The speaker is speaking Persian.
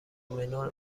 منو